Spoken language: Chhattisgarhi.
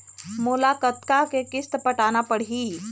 मोला कतका के किस्त पटाना पड़ही?